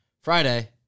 Friday